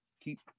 Keep